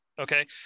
Okay